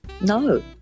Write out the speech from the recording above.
No